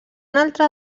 altre